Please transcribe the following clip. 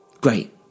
great